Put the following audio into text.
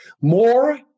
more